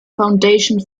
foundation